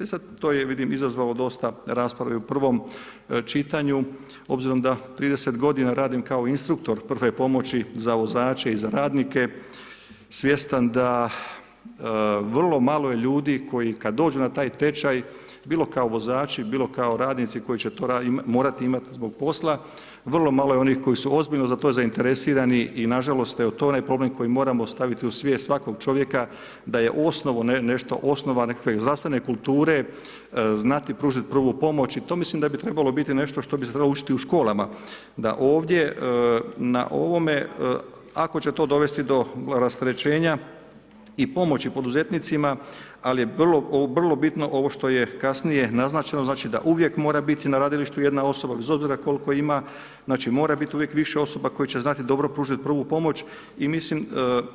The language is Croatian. E sad, to je vidim izazvalo dosta rasprave u prvom čitanju obzirom da 30 godina radim kao instruktor prve pomoći za vozače i za radnike, svjestan da vrlo malo je ljudi koji kad dođu na taj tečaj, bilo kao vozači, bilo kao radnici to morat imat zbog posla, vrlo malo je onih koji su ozbiljno za to zainteresirani i na žalost, evo to je problem koji moramo staviti u svijest svakog čovjeka da je osnova nešto, osnova nekakve zdravstvene kulture znati pružit prvu pomoć i to mislim da bi trebalo biti nešto što bi se trebalo učiti u školama, da ovdje na ovome ako će to dovesti do rasterećenja i pomoći poduzetnicima ali je vrlo bitno ovo što je kasnije naznačeno znači da uvijek mora biti na gradilištu jedna osoba bez obzira koliko ima, znači mora biti više osoba koje će znati dobro pružiti prvu pomoć